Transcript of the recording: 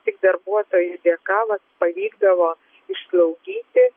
tik darbuotojų dėka vat pavykdavo išslaugyti